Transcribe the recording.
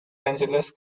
angeles